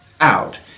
out